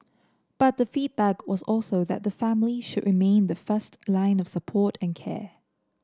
but the feedback was also that the family should remain the first line of support and care